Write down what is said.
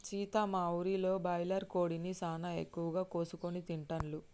సీత మా ఊరిలో బాయిలర్ కోడిని సానా ఎక్కువగా కోసుకొని తింటాల్లు